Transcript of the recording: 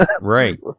right